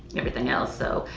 everything else. so,